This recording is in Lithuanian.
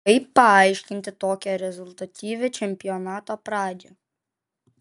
kaip paaiškinti tokią rezultatyvią čempionato pradžią